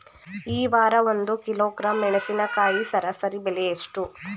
ಈ ವಾರ ಒಂದು ಕಿಲೋಗ್ರಾಂ ಮೆಣಸಿನಕಾಯಿಯ ಸರಾಸರಿ ಬೆಲೆ ಎಷ್ಟು?